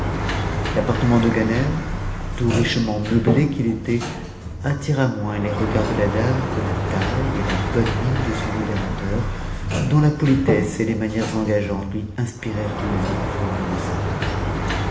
l'appartement de ganem tout richement meublé qu'il était attira moins les regards de la dame que la taille et la bonne mine de son libérateur dont la politesse et les manières engageantes lui inspirèrent une vive reconnaissance